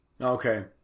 Okay